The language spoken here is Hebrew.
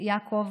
יעקב,